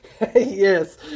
Yes